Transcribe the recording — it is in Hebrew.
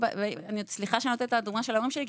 סליחה שאני נותנת את הדוגמה של ההורים שלי,